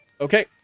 Okay